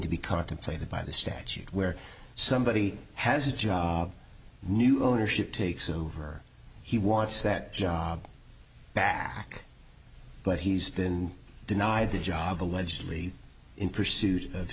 to be contemplated by the statute where somebody has a job new ownership takes over he wants that job back but he's been denied the job allegedly in pursuit of